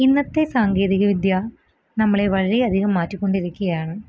ഇന്നത്തെ സാങ്കേതിക വിദ്യ നമ്മളെ വളരെയധികം മാറ്റിക്കൊണ്ടിരിക്കുകയാണ്